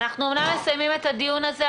אנחנו אומנם מסיימים את הדיון הזה,